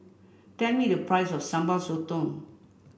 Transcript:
tell me the price of Sambal Sotong